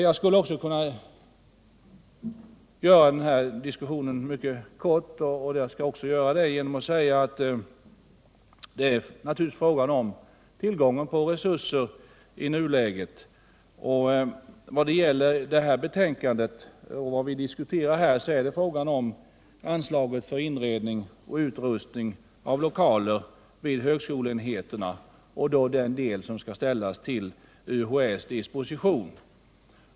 Jag kan göra den här diskussionen mycket kort genom att säga att anslagets storlek naturligtvis är beroende av tillgången på resurser i nuläget. Det vi behandlar i samband med det här betänkandet är anslag för inredning och utrustning av lokaler vid högskoleenheterna och då den del som skall ställas till UHÄ:s disposition.